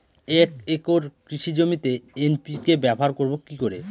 এক একর কৃষি জমিতে এন.পি.কে ব্যবহার করব কি করে?